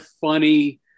funny